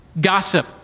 gossip